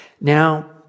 Now